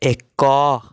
ଏକ